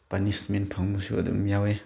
punishment ꯐꯪꯕꯁꯨ ꯑꯗꯨꯝ ꯌꯥꯎꯏ